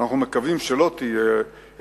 שאנחנו מקווים שלא תהיה,